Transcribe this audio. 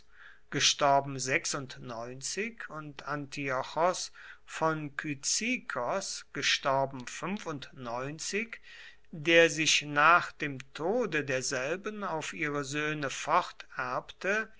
und antiochos von kyzikos der sich nach dem tode derselben auf ihre söhne